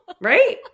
Right